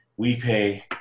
WePay